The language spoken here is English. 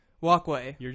walkway